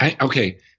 Okay